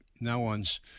no-one's